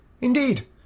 Indeed